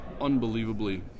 unbelievably